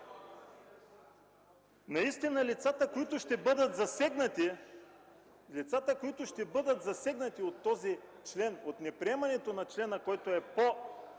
Наистина лицата, които ще бъдат засегнати от неприемането на члена, който е по вносителя,